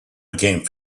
became